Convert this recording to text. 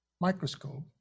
microscope